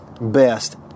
best